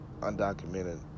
undocumented